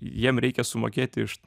jiem reikia sumokėti iš